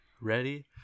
ready